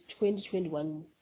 2021